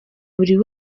buri